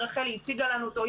רחלי הציגה לנו אותו,